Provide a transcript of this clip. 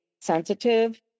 sensitive